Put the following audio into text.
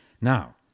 Now